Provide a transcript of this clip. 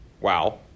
wow